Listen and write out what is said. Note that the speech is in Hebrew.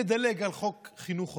לדלג על חוק חינוך חובה,